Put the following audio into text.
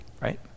right